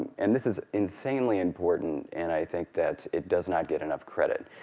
and this is insanely important, and i think that it does not get enough credit,